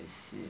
I see